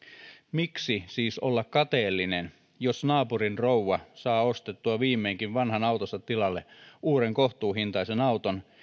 miksi siis olla kateellinen jos naapurin rouva saa ostettua viimeinkin vanhan autonsa tilalle uuden kohtuuhintaisen auton